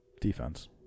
defense